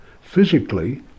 Physically